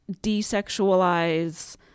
desexualize